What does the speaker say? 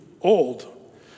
old